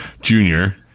Junior